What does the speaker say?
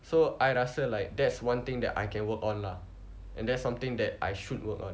so I rasa like that's one thing that I can work on lah and that's something that I should work on